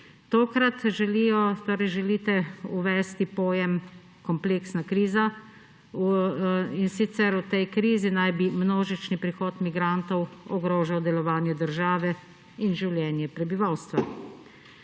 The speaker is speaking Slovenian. torej želite uvesti pojem kompleksna kriza, in sicer v tej krizi naj bi množični prihod migrantov ogrožal delovanje države in življenje prebivalstva.